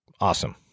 Awesome